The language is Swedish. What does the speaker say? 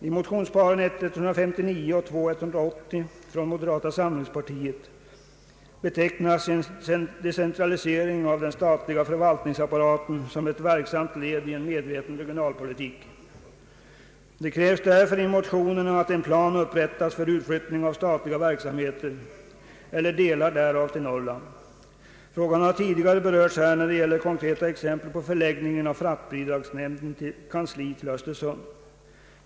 I motionsparet I: 159 och II: 180 från moderata samlingspartiet betecknas en decentralisering av den statliga förvaltningsapparaten som ett verksamt led i en medveten regionalpolitik. Det krävs därför i motionerna att en plan upprättas för utflyttning av statliga verksamheter eller delar därav till Norrland. Frågan har tidigare berörts när det gäller det konkreta exemplet på föläggning av = fraktbidragsnämndens kansli till Östersund.